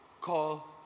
Call